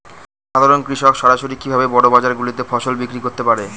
সাধারন কৃষক সরাসরি কি ভাবে বড় বাজার গুলিতে ফসল বিক্রয় করতে পারে?